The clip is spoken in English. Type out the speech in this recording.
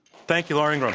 thank you, laura ingraham.